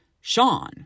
Sean